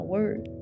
Word